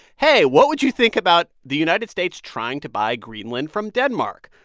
hey, what would you think about the united states trying to buy greenland from denmark?